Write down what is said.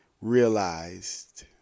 Realized